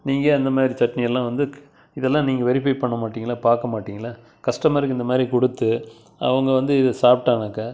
நீங்கள் ஏன் அந்தமாதிரி சட்னி எல்லாம் வந்து இதெல்லாம் நீங்கள் வெரிஃபை பண்ண மாட்டீங்களா பார்க்க மாட்டீங்களா கஸ்டமருக்கு இந்தமாதிரி கொடுத்து அவங்க வந்து இதை சாப்பிட்டாங்கனாக்கா